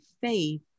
faith